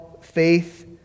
faith